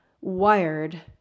wired